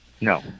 No